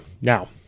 Now